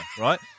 right